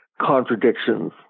contradictions